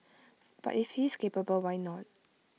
but if he is capable why not